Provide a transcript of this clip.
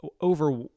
over